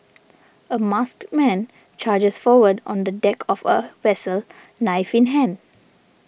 a masked man charges forward on the deck of a vessel knife in hand